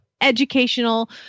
educational